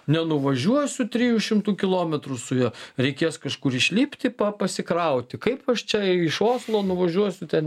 nenuvažiuosiu trijų šimtų kilometrų su juo reikės kažkur išlipti pa pasikrauti kaip aš čia iš oslo nuvažiuosiu ten